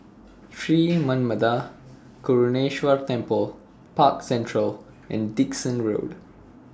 Sri Manmatha Karuneshvarar Temple Park Central and Dickson Road